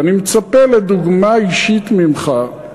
ואני מצפה לדוגמה אישית ממך.